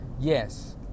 Yes